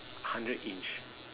hundred inch